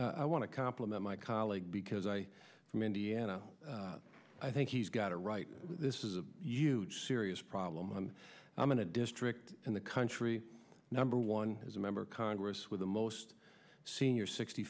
madam i want to compliment my colleague because i from indiana i think he's got a right this is a huge serious problem i'm in a district in the country number one as a member of congress with the most senior sixty